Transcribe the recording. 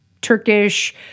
Turkish